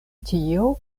tio